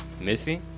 Missy